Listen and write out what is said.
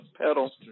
pedal